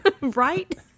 Right